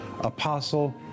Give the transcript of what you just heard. apostle